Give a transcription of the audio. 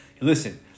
Listen